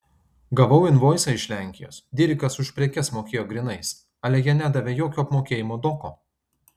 gavau invoisą iš lenkijos dirikas už prekes mokėjo grynais ale jie nedavė jokio apmokėjimo doko